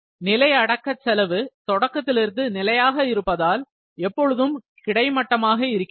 நிலை அடக்கச் செலவு தொடக்கத்திலிருந்து நிலையாக இருப்பதால் எப்பொழுதும் கிடைமட்டமாக இருக்கிறது